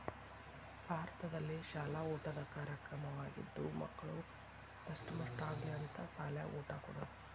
ಭಾರತದಲ್ಲಿಶಾಲ ಊಟದ ಕಾರ್ಯಕ್ರಮವಾಗಿದ್ದು ಮಕ್ಕಳು ದಸ್ಟಮುಷ್ಠ ಆಗಲಿ ಅಂತ ಸಾಲ್ಯಾಗ ಊಟ ಕೊಡುದ